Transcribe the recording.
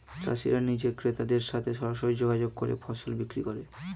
চাষিরা নিজে ক্রেতাদের সাথে সরাসরি যোগাযোগ করে ফসল বিক্রি করে